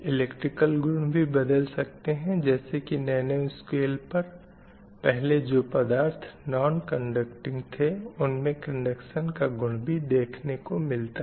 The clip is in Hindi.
इलेक्ट्रिकल गुण भी बदल सकतें हैं जैसे की नैनो स्केल पर पहले जो पदार्थ नोन कंडक्टिंग थे उन्मे कंडक्शन का गुण भी देखने को मिलता है